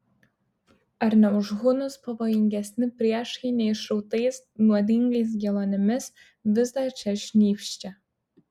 ar ne už hunus pavojingesni priešai neišrautais nuodingais geluonimis vis dar čia šnypščia